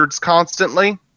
constantly